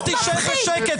אתה תשב בשקט.